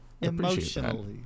Emotionally